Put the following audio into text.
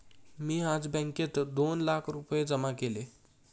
मी आज बँकेत दोन लाख रुपये जमा केले